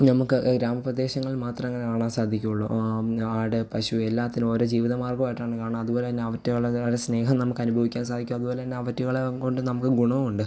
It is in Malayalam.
നമക്ക് ഗ്രാമ പ്രദേശങ്ങളിൽ മാത്രമേ അങ്ങനെ കാണാൻ സാധിക്കുള്ളൂ ആട് പശു എല്ലാത്തിനും ഓരോ ജീവിത മാർഗമായിട്ടാണ് കാണുക അതുപോലെ തന്നെ അവറ്റകളുടേതായ സ്നേഹം നമുക്ക് അനുഭവിക്കാൻ സാധിക്കും അതുപോലെ തന്നെ അവറ്റകളെ കൊണ്ട് നമുക്ക് ഗുണം ഉണ്ട്